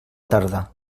tarda